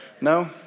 No